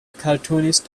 cartoonist